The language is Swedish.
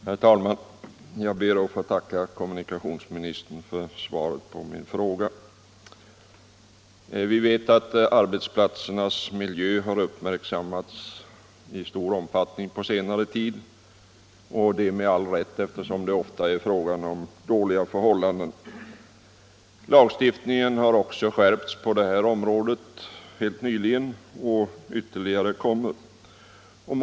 Herr talman! Jag ber att få tacka kommunikationsministern för svaret på min fråga. Vi vet att arbetsplatsernas miljö i hög grad har uppmärksammats på senare tid. Detta med all rätt, eftersom det ofta är fråga om dåliga för ' hållanden. Lagstiftningen på området har också helt nyligen skärpts, och ytterligare skärpningar kommer.